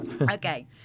Okay